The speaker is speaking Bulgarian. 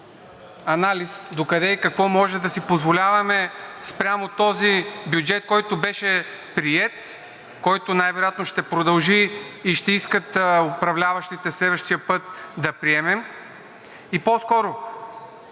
анализ докъде и какво може да си позволяваме спрямо този бюджет, който беше приет, който най-вероятно ще продължи и ще искат управляващите следващия път да приемем? И по-скоро